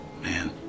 man